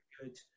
good